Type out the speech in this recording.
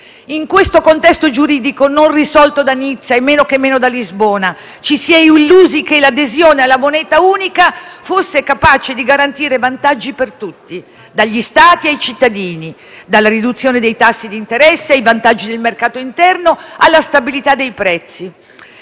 In questo contesto giuridico, non risolto da Nizza e men che meno da Lisbona, ci si è illusi che l'adesione alla moneta unica fosse capace di garantire vantaggi per tutti: dagli Stati ai cittadini, dalla riduzione dei tassi di interesse ai vantaggi del mercato interno, alla stabilità dei prezzi.